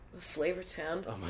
Flavortown